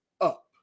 up